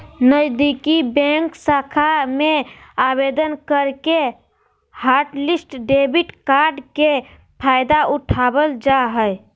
नजीदीकि बैंक शाखा में आवेदन करके हॉटलिस्ट डेबिट कार्ड के फायदा उठाबल जा हय